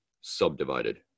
subdivided